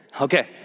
Okay